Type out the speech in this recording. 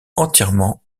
entièrement